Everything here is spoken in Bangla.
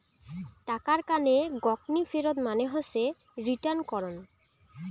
টাকার কানে গকনি ফেরত মানে হসে রিটার্ন করং